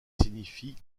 signifie